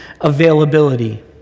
availability